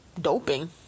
Doping